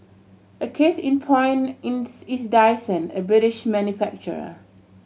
a case in point is Dyson a British manufacturer